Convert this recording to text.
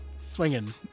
Swinging